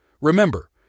Remember